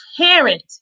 parent